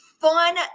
fun